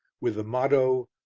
with the motto,